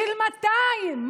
של 200,